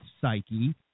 psyche